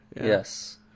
Yes